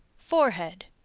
forehead.